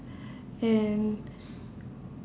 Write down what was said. and